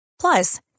Plus